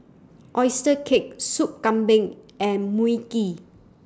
Oyster Cake Sup Kambing and Mui Kee